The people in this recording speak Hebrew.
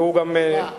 והוא גם נפטר,